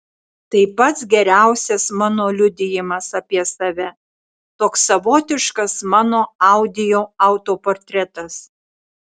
tai pats geriausias mano liudijimas apie save toks savotiškas mano audio autoportretas